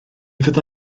fydda